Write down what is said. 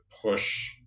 push